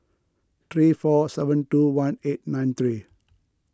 three four seven two one eight nine three